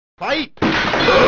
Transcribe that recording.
fight